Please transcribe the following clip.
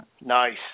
Nice